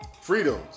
freedoms